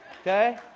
Okay